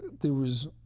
there was,